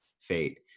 fate